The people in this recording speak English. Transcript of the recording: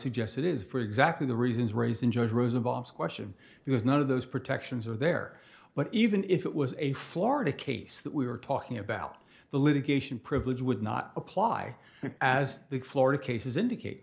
suggest it is for exactly the reasons raise enjoys roosevelts question because none of those protections are there but even if it was a florida case that we were talking about the litigation privilege would not apply as the florida cases indicate